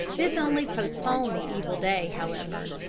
this only postponed the evil day, however.